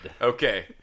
Okay